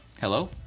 Hello